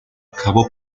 cabo